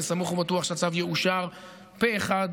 אני סמוך ובטוח שהצו יאושר פה אחד,